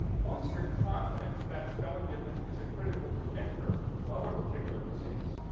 once you're confident that that spelling difference is a critical predictor of a particular disease,